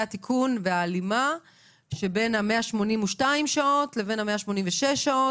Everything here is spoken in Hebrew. התיקון וההלימה בין ה-182 שעות לבין ה-186 שעות.